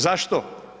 Zašto?